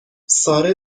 ساره